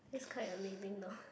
that's quite amazing though